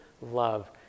love